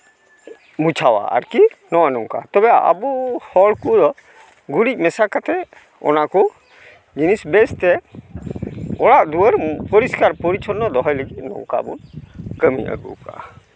ᱢᱩᱪᱷᱟᱹᱣᱟ ᱟᱨᱠᱤ ᱱᱚᱜᱼᱚᱸᱭ ᱱᱚᱝᱠᱟ ᱛᱚᱵᱮ ᱟᱵᱚ ᱦᱚᱲ ᱠᱚᱫᱚ ᱜᱩᱨᱤᱡ ᱢᱮᱥᱟ ᱠᱟᱛᱮ ᱚᱱᱟ ᱠᱚ ᱡᱤᱱᱤᱥ ᱵᱮᱥ ᱛᱮ ᱚᱲᱟᱜ ᱫᱩᱣᱟᱹᱨ ᱯᱚᱨᱤᱥᱠᱟᱨ ᱯᱚᱨᱤᱪᱷᱚᱱᱱᱚ ᱫᱚᱦᱚᱭ ᱞᱟᱹᱜᱤᱫ ᱱᱚᱝᱠᱟ ᱵᱚᱱ ᱠᱟᱹᱢᱤ ᱟᱹᱜᱩᱣᱟᱠᱟᱜᱼᱟ